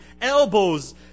elbows